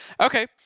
Okay